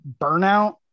burnout